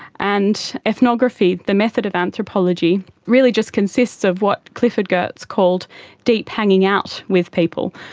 and ethnography. the methods of anthropology really just consists of what clifford geertz called deep hanging out with people,